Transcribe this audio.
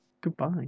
Goodbye